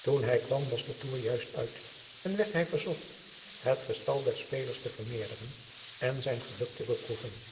toen hij kwam was de toer juist uit en werd hij verzocht het getal der spelers te vermeerderen en zijn geluk te beproeven